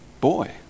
Boy